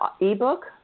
ebook